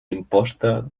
imposta